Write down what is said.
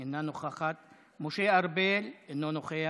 אינה נוכחת, משה ארבל, אינו נוכח,